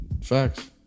facts